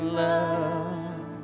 love